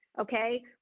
Okay